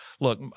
Look